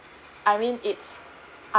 I mean it's